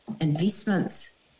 investments